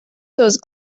those